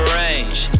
range